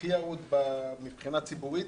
הכי ירוד מבחינה ציבורית,